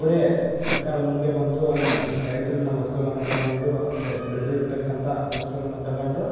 ಅವರೇ ಸರ್ಕಾರ ಮುಂದೆ ಬಂದು ಅದನ್ನ ರೈತ್ರನ್ನ ವಸ್ತುಗಳನ್ನ ತಗಂಡು ಅಂದರೆ ಬೆಳ್ದಿರ್ತಕ್ಕಂಥ ವಸ್ತುಗಳನ್ನ ತಗೊಂಡು